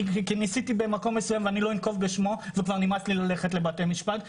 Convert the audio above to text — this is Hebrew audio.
כי ניסיתי במקום מסוים שאני לא אנקוב בשמו וכבר נמאס לי ללכת לבתי משפט,